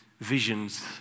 visions